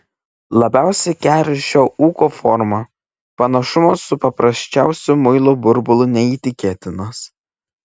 labiausiai keri šio ūko forma panašumas su paprasčiausiu muilo burbulu neįtikėtinas